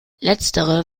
letztere